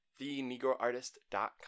thenegroartist.com